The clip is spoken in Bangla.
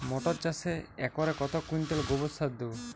মটর চাষে একরে কত কুইন্টাল গোবরসার দেবো?